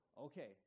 okay